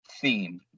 theme